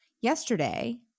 Yesterday